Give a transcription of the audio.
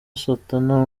santana